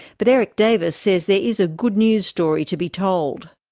but eric davis says there is a good news story to be told.